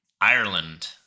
Ireland